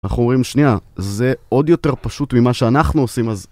אנחנו אומרים שנייה, זה עוד יותר פשוט ממה שאנחנו עושים אז...